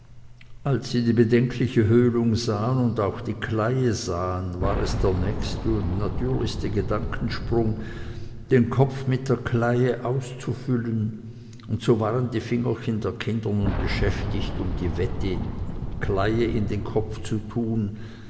als sie die bedenkliche höhlung sahen und auch die kleie sahen war es der nächste und natürlichste gedankensprung den kopf mit der kleie auszufüllen und so waren die fingerchen der kinder nun beschäftigt um die wette kleie in den kopf zu tun